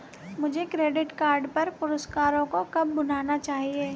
मुझे credit card पर पुरस्कारों को कब भुनाना चाहिए?